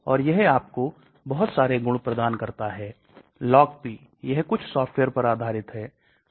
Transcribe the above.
यह रणनीतियां है लेकिन आमतौर पर यह तीन आइटम ड्रग डिस्कवरी के अंतर्गत नहीं आते हैं